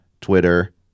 Twitter